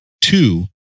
two